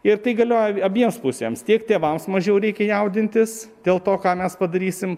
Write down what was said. ir tai galioja abiems pusėms tiek tėvams mažiau reikia jaudintis dėl to ką mes padarysim